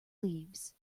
leaves